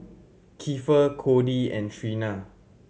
Kiefer Codie and Trina